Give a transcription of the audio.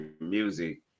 music